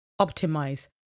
optimize